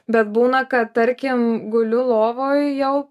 bet būna kad tarkim guliu lovoj jau